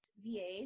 VA